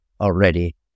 already